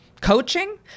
coaching